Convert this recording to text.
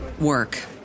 work